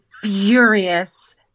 furious